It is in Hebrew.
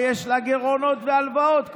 ויש לה גירעונות והלוואות,